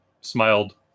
smiled